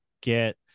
get